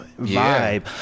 vibe